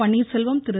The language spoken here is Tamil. பன்னீர்செல்வம் திரு